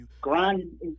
Grind